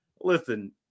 listen